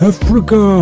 Africa